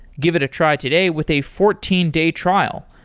give it a try today with a fourteen day trial.